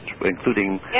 including